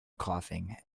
coughing